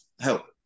help